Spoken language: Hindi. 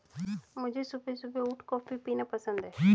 मुझे सुबह सुबह उठ कॉफ़ी पीना पसंद हैं